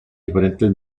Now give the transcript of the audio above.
diferentes